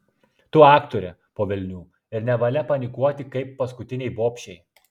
tu aktorė po velnių ir nevalia panikuoti kaip paskutinei bobšei